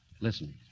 Listen